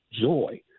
joy